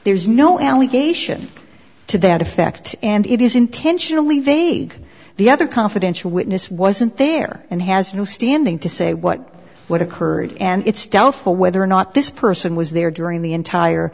allegation to that effect and it is intentionally vague the other confidential witness wasn't there and has no standing to say what what occurred and it's doubtful whether or not this person was there during the entire